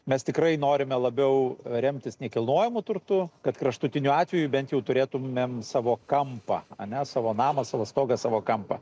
mes tikrai norime labiau remtis nekilnojamu turtu kad kraštutiniu atveju bent jau turėtumėm savo kampą ane savo namą savo stogą savo kampą